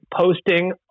posting